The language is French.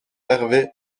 hervé